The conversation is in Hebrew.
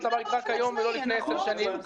שר החקלאות נכנס ויוצא ופקידים הולכים ובאים,